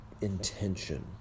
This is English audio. intention